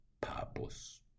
purpose